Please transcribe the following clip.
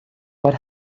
what